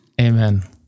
Amen